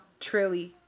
Trilly